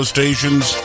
Stations